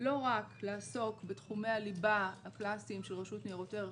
לא רק לעסוק בתחומי הליבה הקלאסיים של רשות ניירות ערך,